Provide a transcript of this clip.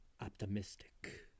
Optimistic